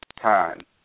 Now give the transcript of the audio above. time